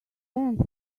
sends